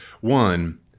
One